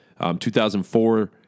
2004